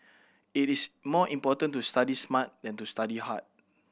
it is more important to study smart than to study hard